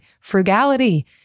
frugality